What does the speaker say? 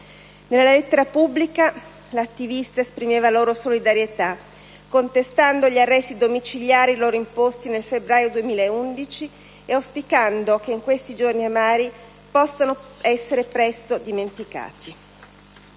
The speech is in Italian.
Nella lettera pubblica, l'attivista esprimeva loro solidarietà, contestando gli arresti domiciliari loro imposti dal febbraio 2011 e auspicando che «questi giorni amari possano essere presto dimenticati».